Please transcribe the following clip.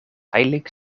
eindelijk